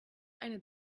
eine